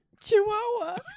Chihuahua